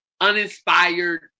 uninspired